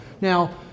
Now